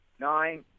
nine